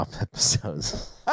episodes